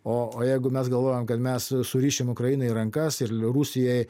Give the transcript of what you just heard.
o o jeigu mes galvojam kad mes surišim ukrainai rankas ir rusijai